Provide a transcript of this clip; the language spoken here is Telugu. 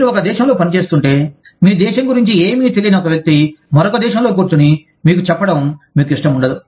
మీరు ఒక దేశంలో పనిచేస్తుంటే మీ దేశం గురించి ఏమీ తెలియని ఒక వ్యక్తి మరొక దేశంలో కూర్చుని మీకు చెప్పడం మీకు ఇష్టం వుండదు